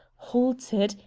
halted,